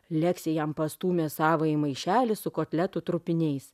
leksė jam pastūmė savąjį maišelį su kotletų trupiniais